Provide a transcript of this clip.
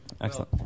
Excellent